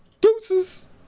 deuces